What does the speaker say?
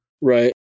Right